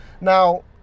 Now